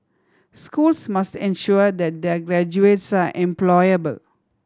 schools must ensure that their graduates are employable